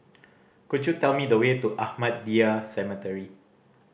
could you tell me the way to Ahmadiyya Cemetery